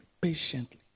patiently